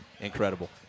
incredible